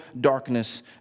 darkness